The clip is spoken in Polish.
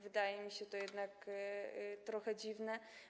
Wydaje mi się to jednak trochę dziwne.